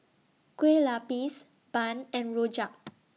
Kue Lupis Bun and Rojak